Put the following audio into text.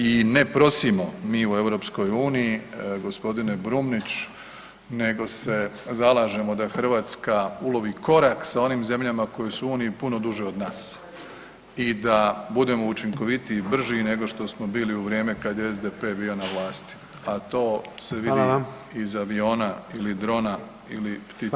I ne prosimo mi u EU g. Brumnić nego se zalažemo da Hrvatska ulovi korak sa onim zemljama koje su u Uniji puno duže od nas i da budemo učinkovitiji i brži nego što smo bili u vrijeme kad je SDP bio na vlasti, a to se vidi [[Upadica: Hvala vam.]] iz aviona ili drona ili ptičjeg rakursa.